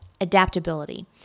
adaptability